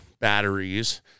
batteries